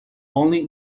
only